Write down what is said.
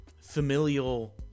familial